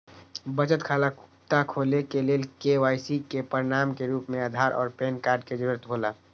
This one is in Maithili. बचत खाता खोले के लेल के.वाइ.सी के प्रमाण के रूप में आधार और पैन कार्ड के जरूरत हौला